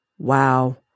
Wow